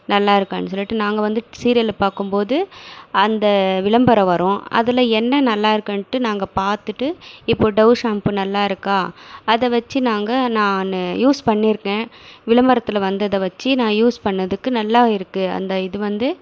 நல்லா இருக்கான்னு சொல்லிட்டு நாங்கள் வந்து சீரியலை பார்க்கும் போது அந்த விளம்பரம் வரும் அதில் என்ன நல்லா இருக்குதுன்ட்டு நாங்கள் பார்த்துட்டு இப்போது டவ் ஷாம்பு நல்லா இருக்கா அதை வச்சு நாங்கள் நான் யூஸ் பண்ணியிருக்கேன் விளம்பரத்தில் வந்ததை வச்சு நான் யூஸ் பண்ணதுக்கு நல்லா இருக்குது அந்த இது வந்து